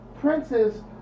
princes